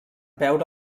veure